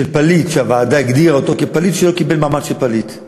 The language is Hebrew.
פליט שהוועדה הגדירה אותו כפליט שלא קיבל מעמד של פליט,